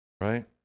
Right